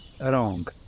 wrong